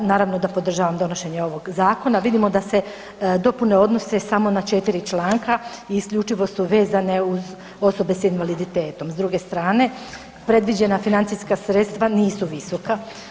Naravno da podržavam donošenje ovog zakona, vidimo da se dopune odnose samo na 4 članka i isključivo su vezane uz osobe s invaliditetom, s druge strane predviđena financijska sredstva nisu visoka.